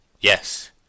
yes